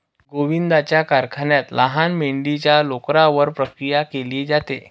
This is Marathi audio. गोविंदाच्या कारखान्यात लहान मेंढीच्या लोकरावर प्रक्रिया केली जाते